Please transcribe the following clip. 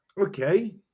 okay